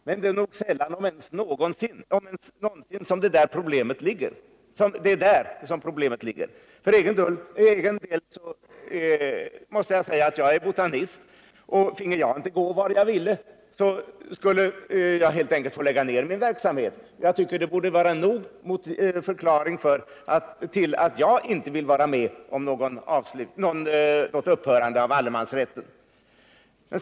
Men det är nog sällan om ens någonsin som det är där problemet ligger. För egen del vill jag framhålla att jag är botanist, och finge jag inte gå vart jag ville, måste jag helt enkelt lägga ned min verksamhet. Det borde vara en tillräcklig motivering för att jag skall bli trodd om att inte vilja vara med om allemansrättens avskaffande.